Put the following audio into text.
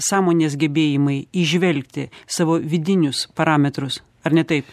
sąmonės gebėjimai įžvelgti savo vidinius parametrus ar ne taip